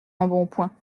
embonpoint